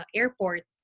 airport